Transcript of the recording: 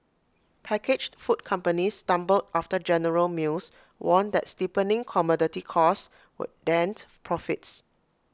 packaged food companies stumbled after general mills warned that steepening commodity costs would dent profits